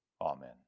Amen